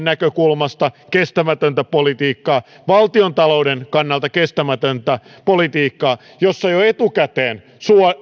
näkökulmasta kestämätöntä politiikkaa valtiontalouden kannalta kestämätöntä politiikkaa jossa jo etukäteen